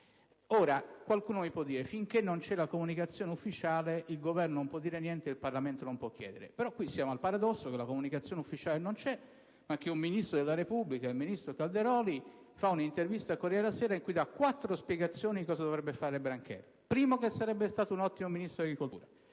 sono uscite. Si può dire che finché non c'è comunicazione ufficiale il Governo non può dire niente e il Parlamento non può chiedere. Però qui siamo al paradosso che la comunicazione ufficiale non c'è, ma che un ministro della Repubblica, il ministro Calderoli, rilascia un'intervista al "Corriere della Sera" in cui dà quattro spiegazioni su cosa dovrebbe fare Brancher: primo, sarebbe stato un ottimo ministro dell'agricoltura;